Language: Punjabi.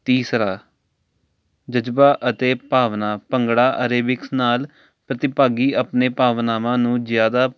ਤੀਸਰਾ ਜਜ਼ਬਾ ਅਤੇ ਭਾਵਨਾ ਭੰਗੜਾ ਅਰੇਬਿਕਸ ਨਾਲ ਪ੍ਰਤਿਭਾਗੀ ਆਪਣੇ ਭਾਵਨਾਵਾਂ ਨੂੰ ਜ਼ਿਆਦਾ